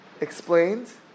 explains